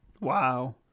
Wow